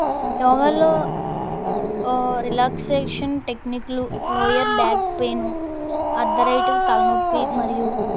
యోగాలో రిలాక్సేషన్ టెక్నిక్లు lower back pain arthritis తలనొప్పి మరియు